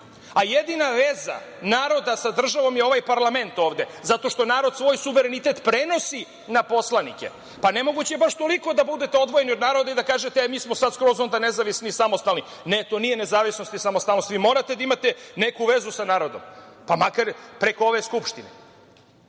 a jedina veza naroda sa državom je ovaj parlament ovde, zato što narod svoj suverenitet prenosi na poslanike. Pa nemoguće je baš toliko da budete odvojeni od naroda i da kažete „e mi smo sad skroz nezavisni, samostalni“.Ne, to nije nezavisnost i samostalnost. Vi morate da imate neku vezu sa narodom, pa makar preko ove Skupštine.